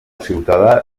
ciutadà